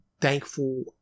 thankful